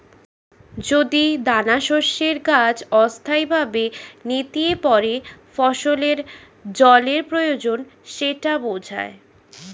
যদি দানাশস্যের গাছ অস্থায়ীভাবে নেতিয়ে পড়ে ফসলের জলের প্রয়োজন সেটা বোঝায়